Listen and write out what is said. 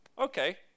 Okay